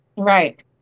Right